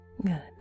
good